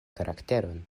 karakteron